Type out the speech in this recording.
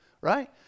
right